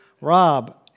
Rob